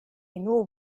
know